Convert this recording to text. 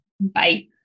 Bye